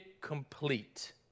complete